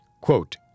quote